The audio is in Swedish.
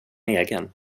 egen